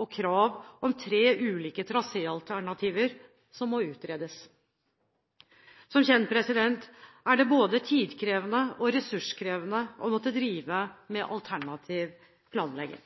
og krav om tre ulike traséalternativer som må utredes. Som kjent er det både tidkrevende og ressurskrevende å måtte drive med alternativ planlegging.